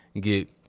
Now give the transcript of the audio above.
get